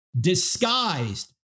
disguised